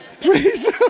Please